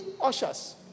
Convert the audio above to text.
ushers